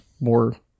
more